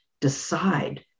decide